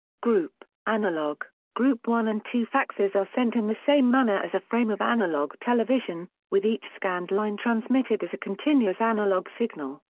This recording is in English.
group analog group one and two faxes are sent in the same manner as a frame of analog television, with each scanned line transmitted as a continuous analog signal.